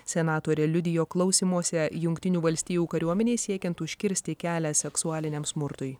senatorė liudijo klausymuose jungtinių valstijų kariuomenei siekiant užkirsti kelią seksualiniam smurtui